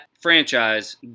franchise